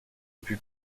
put